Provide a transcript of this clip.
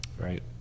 Right